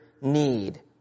need